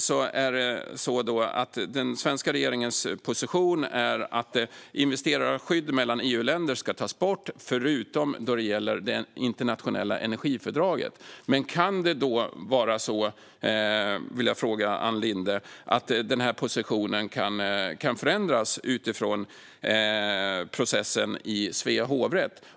Som det är nu är den svenska regeringens position att investerarskydd mellan EU-länder ska tas bort förutom när det gäller det internationella energifördraget. Jag vill därför fråga Ann Linde om denna position kan förändras utifrån processen i Svea hovrätt.